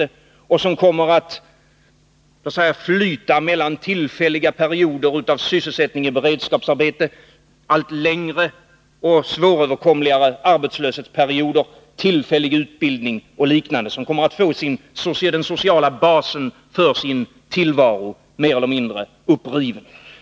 Så många människor kommer så att säga att flyta mellan perioder av sysselsättning i beredskapsarbete, allt längre och svåröverkomligare arbetslöshetsperioder, tillfällig utbildning och liknande. De kommer att få den sociala basen för sin tillvaro mer eller mindre uppriven.